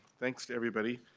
thanks to everybody,